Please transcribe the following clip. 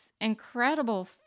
incredible